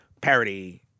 parody